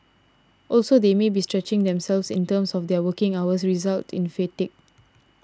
also they may be stretching themselves in terms of their work hours result in fatigue